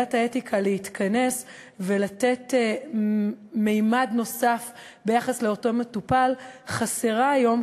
ועדת האתיקה להתכנס ולתת ממד נוסף ביחס לאותו מטופל חסרה היום,